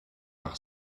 par